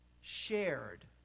shared